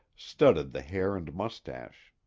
studded the hair and mustache.